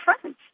friends